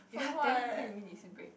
ya then ten minutes break